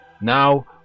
Now